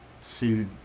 see